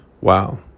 Wow